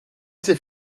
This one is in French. s’est